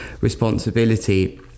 responsibility